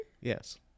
Yes